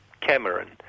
Cameron